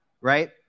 right